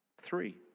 Three